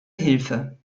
hilfe